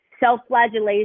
self-flagellation